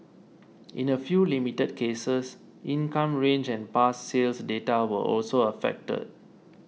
in a few limited cases income range and past sales data were also affected